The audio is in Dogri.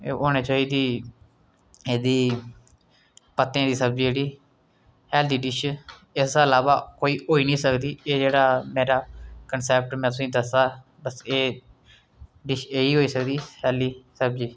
होनी चाहिदी एह्दी पत्ते दी सब्जी जेह्ड़ी हैल्दी डिश इसदे इलावा कोई होई निं सकदी एह् जेह्ड़ा मेरा कंसैप्ट में तुसें गी दस्सेआ बस एह् डिश एह् ई होई सकदी सैल्ली सब्जी